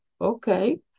okay